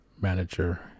manager